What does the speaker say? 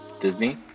Disney